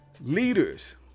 Leaders